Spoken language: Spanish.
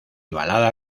balada